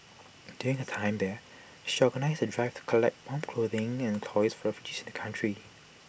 during her time there she organised A drive to collect warm clothing and toys for refugees in the country